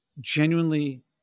genuinely